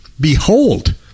behold